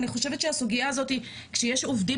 אני חושבת שהסוגייה הזאת שיש עובדים